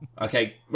Okay